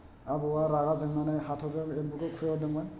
आबौआ रागा जोंनानै हाथरजों एम्बुखौ खुबै हरदोंमोन